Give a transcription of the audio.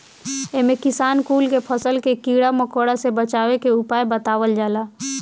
इमे किसान कुल के फसल के कीड़ा मकोड़ा से बचावे के उपाय बतावल जाला